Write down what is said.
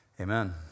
Amen